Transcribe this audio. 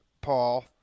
Paul